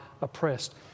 oppressed